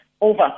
over